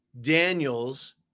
Daniel's